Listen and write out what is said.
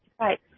Right